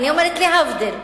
אני אומרת להבדיל.